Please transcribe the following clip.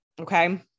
okay